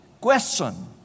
Question